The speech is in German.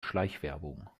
schleichwerbung